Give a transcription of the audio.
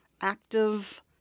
active